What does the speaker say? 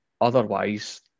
Otherwise